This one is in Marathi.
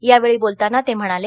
यावेळी बोलताना ते म्हणाले